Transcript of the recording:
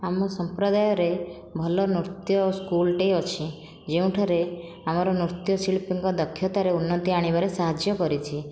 ଆମ ସମ୍ପ୍ରଦାୟରେ ଭଲ ନୃତ୍ୟ ସ୍କୁଲଟେ ଅଛି ଯେଉଁଠାରେ ଆମର ନୃତ୍ୟ ଶିଳ୍ପୀଙ୍କ ଦକ୍ଷତାରେ ଉନ୍ନତି ଆଣିବାରେ ସାହାଯ୍ୟ କରିଛି